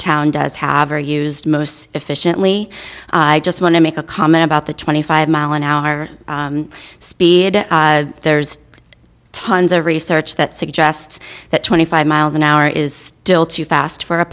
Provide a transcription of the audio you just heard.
town does have are used most efficiently i just want to make a comment about the twenty five mile an hour speed and there's tons of research that suggests that twenty five miles an hour is still too fast for a